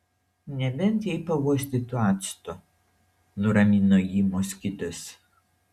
nebent jei pauostytų acto nuramino jį moskitas